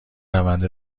روند